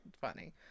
funny